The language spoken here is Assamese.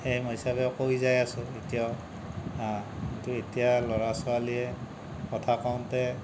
সেই হিচাপে কৈ যাই আছোঁ এতিয়াও কিন্তু এতিয়া ল'ৰা ছোৱালীয়ে কথা কওঁতে